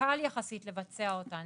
קל יחסית לבצע אותן,